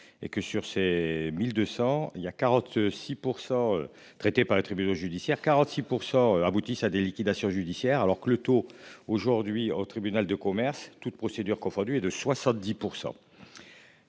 et que sur ces 1200 il y a 46 pour % traités par les tribunaux judiciaires 46% aboutissent à des liquidations judiciaires alors que le taux aujourd'hui au tribunal de commerce toutes procédures confondues est de 70%.